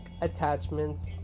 attachments